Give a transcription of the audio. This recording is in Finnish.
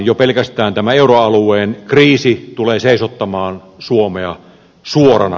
jo pelkästään tämä euroalueen kriisi tulee seisottamaan suomea suorana